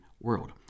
world